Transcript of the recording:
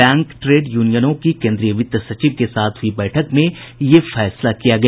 bank trade यूनियनों की केन्द्रीय वित्त सचिव के साथ हुई बैठक में यह फैसला किया गया